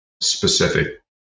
specific